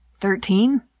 Thirteen